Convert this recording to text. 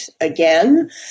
again